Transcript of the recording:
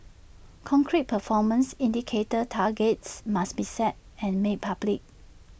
concrete performance indicator targets must be set and made public